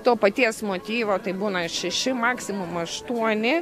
to paties motyvo tai būna šeši maksimum aštuoni